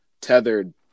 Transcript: tethered